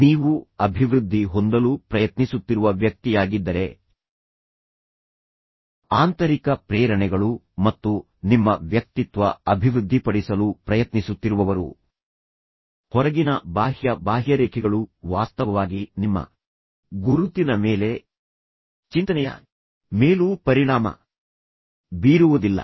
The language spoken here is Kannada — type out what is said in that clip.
ನೀವು ಅಭಿವೃದ್ಧಿ ಹೊಂದಲು ಪ್ರಯತ್ನಿಸುತ್ತಿರುವ ವ್ಯಕ್ತಿಯಾಗಿದ್ದರೆ ಆಂತರಿಕ ಪ್ರೇರಣೆಗಳು ಮತ್ತು ನಿಮ್ಮ ವ್ಯಕ್ತಿತ್ವ ಅಭಿವೃದ್ಧಿಪಡಿಸಲು ಪ್ರಯತ್ನಿಸುತ್ತಿರುವವರು ಹೊರಗಿನ ಬಾಹ್ಯ ಬಾಹ್ಯರೇಖೆಗಳು ವಾಸ್ತವವಾಗಿ ನಿಮ್ಮ ಗುರುತಿನ ಮೇಲೆ ಚಿಂತನೆಯ ಮೇಲೂ ಪರಿಣಾಮ ಬೀರುವುದಿಲ್ಲ